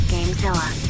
GameZilla